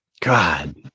God